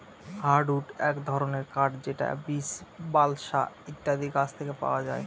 hardwood এক ধরনের কাঠ যেটা বীচ, বালসা ইত্যাদি গাছ থেকে পাওয়া যায়